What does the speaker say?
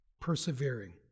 persevering